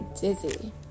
dizzy